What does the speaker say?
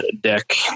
deck